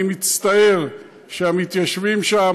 אני מצטער שהמתיישבים שם,